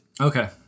Okay